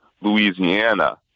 Louisiana